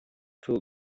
pull